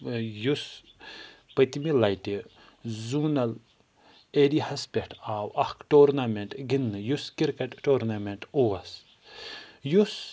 یُس پٔتۍمہِ لَٹہِ زوٗنَل ایرِیاہَس پٮ۪ٹھ آو اَکھ ٹورنَمٮ۪نٛٹ گِنٛدنہٕ یُس کِرکَٹ ٹورنَمٮ۪نٛٹ اوس یُس